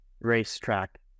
racetrack